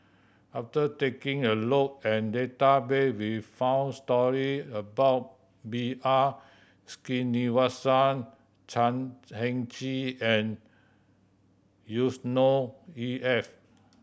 after taking a look at database we found story about B R Sreenivasan Chan Heng Chee and Yusnor E F